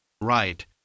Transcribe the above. Right